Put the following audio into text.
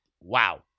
wow